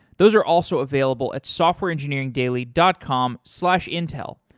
those are also available at softwareengineeringdaily dot com slash intel.